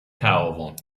تعاون